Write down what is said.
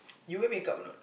you wear make-up or not